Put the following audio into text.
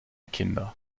kinder